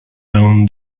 down